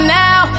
now